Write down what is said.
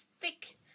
thick